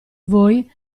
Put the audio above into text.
voi